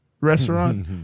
restaurant